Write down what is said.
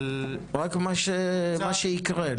רק מה שיקרה.